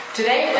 Today